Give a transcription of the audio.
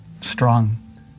strong